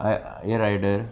a rider